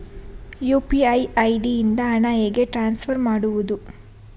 UPI ID ಇಂದ ಹಣ ಹೇಗೆ ಟ್ರಾನ್ಸ್ಫರ್ ಮಾಡುದು?